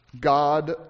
God